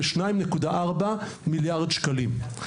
של כ- 2.4 מיליארד שקלים.